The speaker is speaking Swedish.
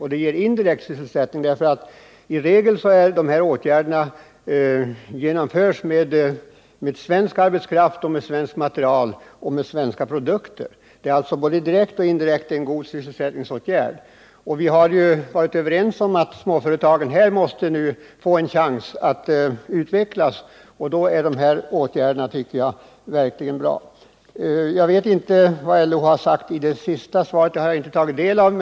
De ger också indirekt sysselsättning därför att i regel genomförs dessa åtgärder med svensk arbetskraft och svenskt material och med svenska produkter. Det är alltså både direkt och indirekt en god sysselsättningsåtgärd. Vi har varit överens om att småföretagen här måste få en chans att utvecklas, och då är dessa åtgärder ett bra komplement. Jag vet inte vad LO sagt i sitt senaste yttrande — jag har inte tagit del av det.